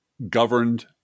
Governed